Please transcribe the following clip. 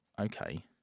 okay